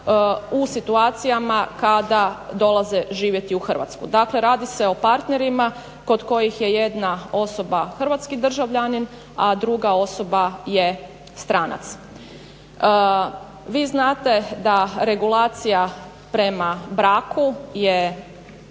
u situacijama kada dolaze živjeti u Hrvatsku. dakle radi se o partnerima kod kojih je jedna osoba hrvatski državljanin, a druga osoba je stranac. Vi znate da regulacija prema braku je